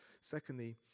secondly